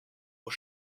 aux